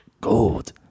gold